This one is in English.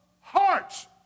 hearts